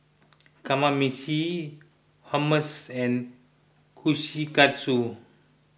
Kamameshi Hummus and Kushikatsu